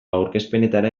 aurkezpenetara